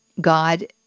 God